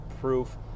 proof